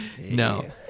No